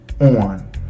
on